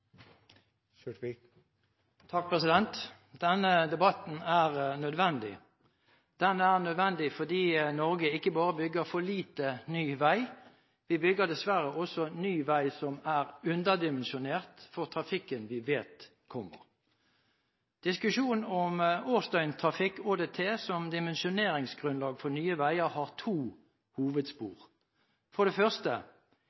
lite ny vei, vi bygger dessverre også ny vei som er underdimensjonert for trafikken vi vet kommer. Diskusjonen om årsdøgntrafikk – ÅDT – som dimensjoneringsgrunnlag for nye veier, har to